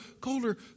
colder